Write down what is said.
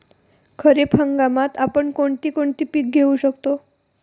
खरीप हंगामात आपण कोणती कोणती पीक घेऊ शकतो?